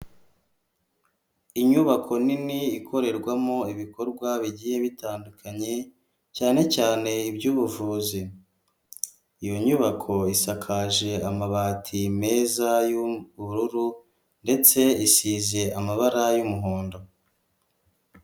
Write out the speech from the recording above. Inyubako nini ikorerwamo ibikorwa bigiye bitandukanye, cyane cyane iby'ubuvuzi, iyo nyubako isakaje amabati meza y'ubururu ndetse isize amabara y'umuhondo.